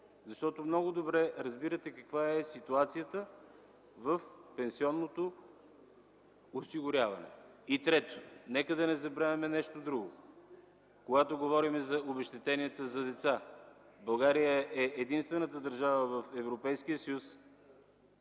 Защото много добре разбирате каква е ситуацията в пенсионното осигуряване. Трето, нека да не забравяме нещо друго, когато говорим за обезщетенията за деца. България е единствената държава в Европейския съюз,